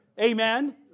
Amen